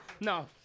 No